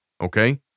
okay